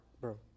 bro